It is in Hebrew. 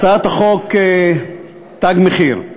הצעת חוק "תג מחיר".